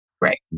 Right